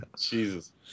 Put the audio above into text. Jesus